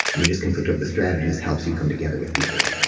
we just conflict over the strategies helps you come together with people,